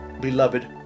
beloved